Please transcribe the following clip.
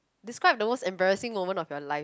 describe the most embarrassing moment of your life